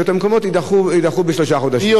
אני לא יכול לומר דבר שקשור בחקיקה,